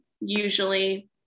usually